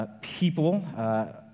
people